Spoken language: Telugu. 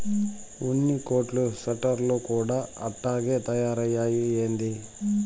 ఉన్ని కోట్లు స్వెటర్లు కూడా అట్టాగే తయారైతయ్యా ఏంది